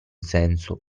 senso